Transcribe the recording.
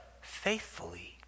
faithfully